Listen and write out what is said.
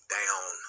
down